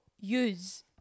Use